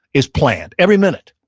is planned. every minute.